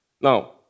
Now